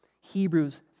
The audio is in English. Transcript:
Hebrews